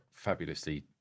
fabulously